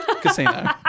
Casino